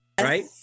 right